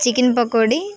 chicken pakodi